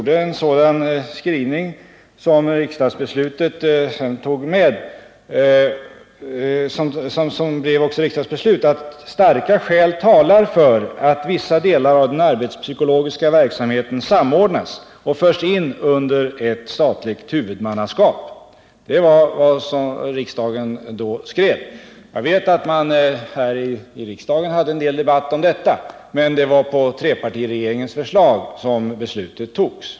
Det riksdagsbeslutet formulerades på följande sätt: ”Starka skäl talar för att vissa delar av den arbetspsykologiska verksamheten samordnas och förs in under ett statligt huvudmannaskap.” Det var vad riksdagen då beslutade. Jag vet att man i riksdagen hade en del debatt om detta, men det var på trepartiregeringens förslag som beslutet togs.